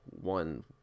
one